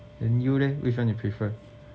then you leh which one you prefer